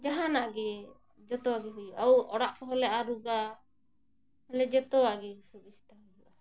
ᱡᱟᱦᱟᱱᱟᱜ ᱜᱮ ᱡᱚᱛᱚᱣᱟᱜ ᱜᱮ ᱦᱩᱭᱩᱜᱼᱟ ᱚᱲᱟᱜ ᱠᱚᱦᱚᱸ ᱞᱮ ᱟᱨᱩᱜᱟ ᱡᱚᱛᱚᱣᱟᱜ ᱜᱮ ᱥᱩᱵᱤᱫᱷᱟ ᱦᱩᱭᱩᱜᱼᱟ